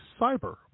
Cyber